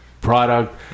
product